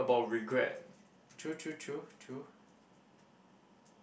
true true true true